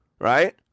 Right